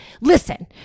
listen